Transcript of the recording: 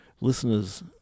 listeners